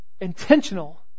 intentional